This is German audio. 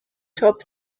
top